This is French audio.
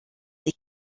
les